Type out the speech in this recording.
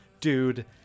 dude